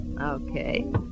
Okay